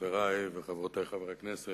חברי וחברותי חברי הכנסת,